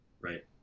right